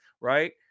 right